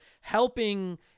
helping